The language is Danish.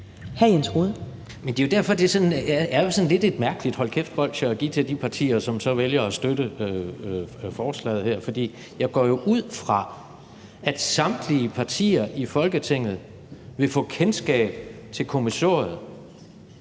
Jens Rohde (KD): Men det er jo derfor, det er et sådan lidt mærkeligt hold kæft-bolsje at give til de partier, som vælger at støtte forslaget her. Jeg går jo ud fra, at samtlige partier i Folketinget vil få kendskab til kommissoriet,